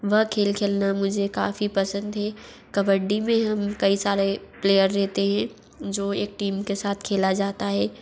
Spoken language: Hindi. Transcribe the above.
वह खेल खेलना मुझे काफ़ी पसन्द है कबड्डी हम कई सारे प्लेयर रहते है जो एक टीम के साथ खेला जाता है